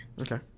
Okay